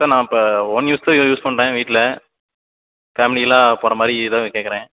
sir நான் இப்போ one யூஸுக்கு யூஸ் பண்ணுறேன் வீட்டில் ஃபேம்லிலாம் போகறமாரி இதான் கேட்குறேன்